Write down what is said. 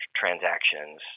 transactions